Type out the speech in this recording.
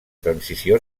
transició